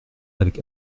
avec